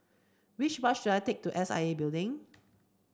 which bus should I take to S I A Building